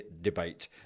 debate